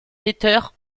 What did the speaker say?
peter